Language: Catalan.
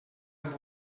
amb